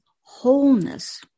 wholeness